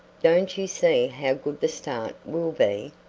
don't you see how good the start will be?